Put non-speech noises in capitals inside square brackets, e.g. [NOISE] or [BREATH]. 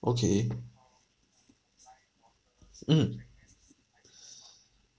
okay mm [BREATH]